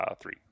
Three